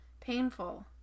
Painful